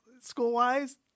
school-wise